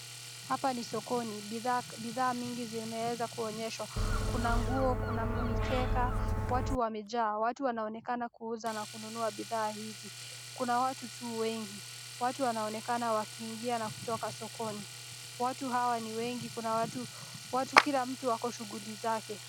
Hapa ni sokoni. Bidhaa mingi zimeweza kuonyeshwa. Kuna nguo, kuna mikeka. Watu wamejaa. Watu wanaonekana kuuza na kununua bidhaa hizi. Kuna watu tu wengi. Watu wanaonekana wakiingia na kutoka sokoni. Watu hawa ni wengi. Kila mtu ako shughuli zake.